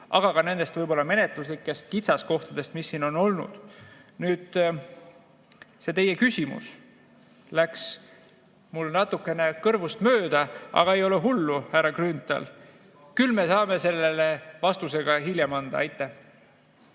aga ka nendest menetluslikest kitsaskohtadest, mis siin on olnud. See teie küsimus läks mul nüüd natukene kõrvust mööda, aga ei ole hullu, härra Grünthal, küll me saame selle vastuse ka hiljem anda. Kalle